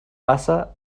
passa